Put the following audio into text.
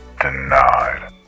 denied